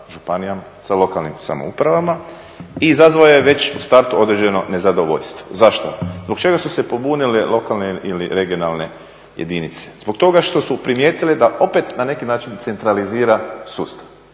županijama, sa lokalnim samoupravama i izazvao je već u startu određeno nezadovoljstvo. Zašto? Zbog čega su se pobunile lokalne ili regionalne jedinice? Zbog toga što su primijetile da opet na neki način centralizira sustav